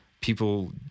people